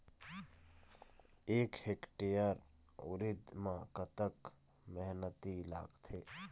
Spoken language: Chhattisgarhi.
एक हेक्टेयर उरीद म कतक मेहनती लागथे?